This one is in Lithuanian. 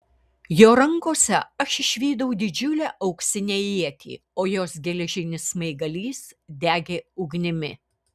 jo rankose aš išvydau didžiulę auksinę ietį o jos geležinis smaigalys degė ugnimi